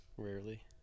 Rarely